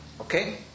Okay